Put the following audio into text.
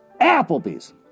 Applebee's